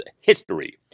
history